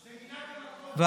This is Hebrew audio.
זה נהיה מנהג.